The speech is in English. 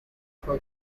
for